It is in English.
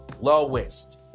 lowest